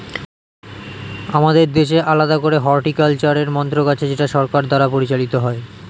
আমাদের দেশে আলাদা করে হর্টিকালচারের মন্ত্রক আছে যেটা সরকার দ্বারা পরিচালিত হয়